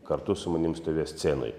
kartu su manim stovės scenoj